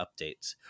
updates